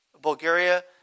Bulgaria